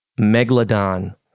megalodon